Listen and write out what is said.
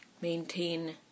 maintain